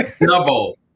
double